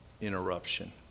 interruption